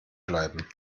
bleiben